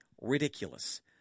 ridiculous